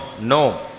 no